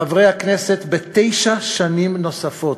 חברי הכנסת, בתשע שנים נוספות,